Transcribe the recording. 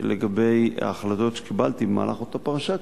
לגבי ההחלטות שקיבלתי במהלך אותה פרשה,